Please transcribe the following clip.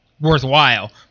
worthwhile